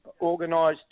organised